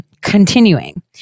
continuing